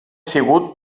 sigut